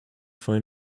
find